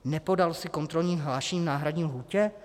Nepodal jsi kontrolní hlášení v náhradní lhůtě?